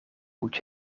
moet